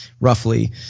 roughly